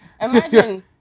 Imagine